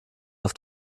auf